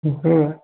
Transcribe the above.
जी